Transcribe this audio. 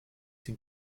den